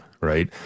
right